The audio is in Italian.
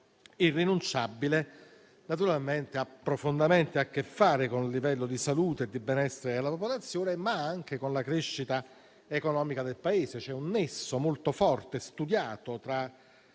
irrinunciabile, ha profondamente a che fare con il livello di salute e di benessere della popolazione, ma anche con la crescita economica del Paese. C'è un nesso molto forte e studiato tra